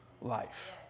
life